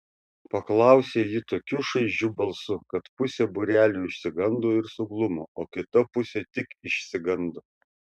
paklausė ji tokiu šaižiu balsu kad pusė būrelio išsigando ir suglumo o kita pusė tik išsigando